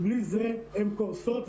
בלי זה הן קורסות,